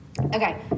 Okay